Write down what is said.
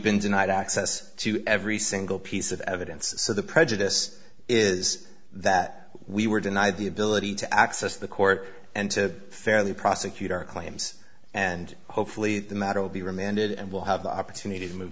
denied access to every single piece of evidence so the prejudice is that we were denied the ability to access the court and to fairly prosecute our claims and hopefully the matter will be remanded and we'll have the opportunity to move